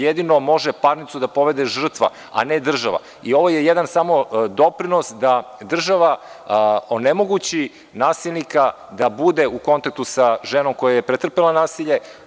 Jedino može parnicu da povede žrtva, a ne država i ovo je samo jedan doprinos da država onemogući nasilnika da bude u kontaktu sa ženom koja je pretrpela nasilje.